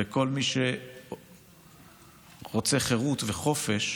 וכל מי שרוצה חירות וחופש